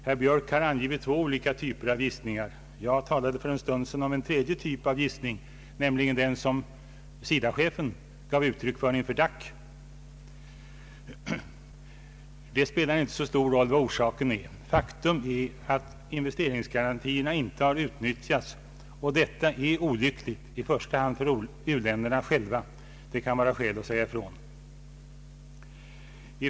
Herr Björk har angivit två olika typer av gissningar. Jag talade för en stund sedan om en tredje typ, nämligen den som SIDA-chefen gav uttryck för inför DAC. Det spelar emellertid inte så stor roll vad orsaken är. Faktum är att investeringsgarantierna inte har utnyttjats. Det är olyckligt, i första hand för u-länderna själva. Det kan finnas skäl att framhålla detta.